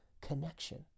connection